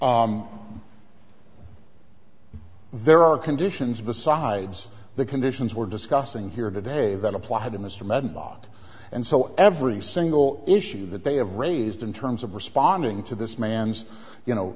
think there are conditions besides the conditions we're discussing here today that applied to mr mudd ball and so every single issue that they have raised in terms of responding to this man's you know